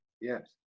Yes